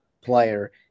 player